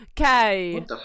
okay